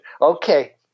Okay